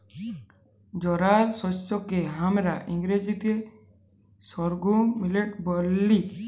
জয়ার শস্যকে হামরা ইংরাজিতে সর্ঘুম মিলেট ব্যলি